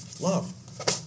Love